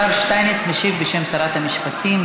השר שטייניץ משיב, בשם שרת המשפטים.